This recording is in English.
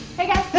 hey guys.